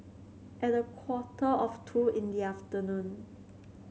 at a quarter of two in the afternoon